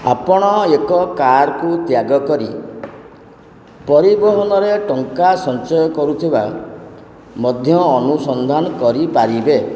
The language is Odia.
ଆପଣ ଏକ କାର୍କୁ ତ୍ୟାଗ କରି ପରିବହନରେ ଟଙ୍କା ସଞ୍ଚୟ କରୁଥିବା ମଧ୍ୟ ଅନୁସନ୍ଧାନ କରିପାରିବେ